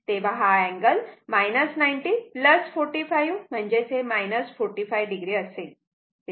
तेव्हा हा angle 90 45 45 o असेल